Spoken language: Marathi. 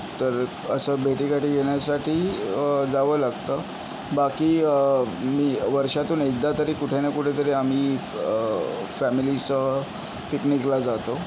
तर असं भेटी गाठी घेण्यासाठी जावं लागतं बाकी मी वर्षातून एकदा तरी कुठे ना कुठे तरी आम्ही फॅमिलीसह पिकनिकला जातो